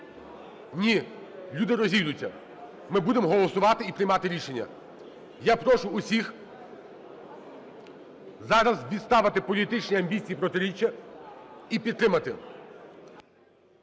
Ні, люди розійдуться, ми будемо голосувати і приймати рішення. Я прошу всіх зараз відставити політичні амбіції, протиріччя і підтримати.